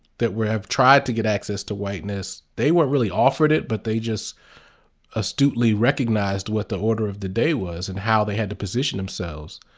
that have tried to get access to whiteness they weren't really offered it but they just astutely recognized what the order of the day was and how they had to position themselves.